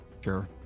Sure